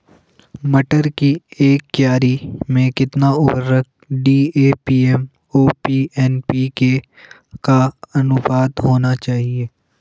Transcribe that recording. मटर की एक क्यारी में कितना उर्वरक डी.ए.पी एम.ओ.पी एन.पी.के का अनुपात होना चाहिए?